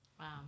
Wow